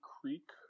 Creek